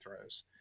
throws